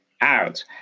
out